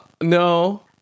no